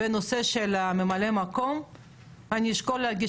ובנושא של ממלאי מקום אני אשקול להגיש